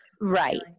Right